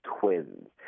Twins